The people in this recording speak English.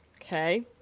Okay